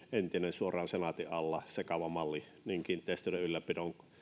suoraan senaatin alla sekava malli kiinteistöjen ylläpidon